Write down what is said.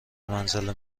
منزل